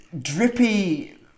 drippy